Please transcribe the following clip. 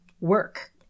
work